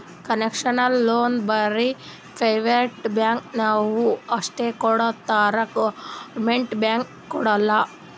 concessional loan ಬರೇ private ಬ್ಯಾಂಕ್ದವ್ರು ಅಷ್ಟೇ ಕೊಡ್ತಾರ್ ಗೌರ್ಮೆಂಟ್ದು ಬ್ಯಾಂಕ್ ಕೊಡಲ್ಲ